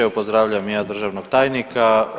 Evo pozdravljam i ja državnog tajnika.